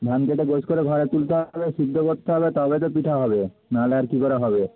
ধান কেটে গোছ করে ঘরে তুলতে হবে সেদ্ধ করতে হবে তবে তো পিঠে হবে না হলে আর কী করে হবে